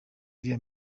iriya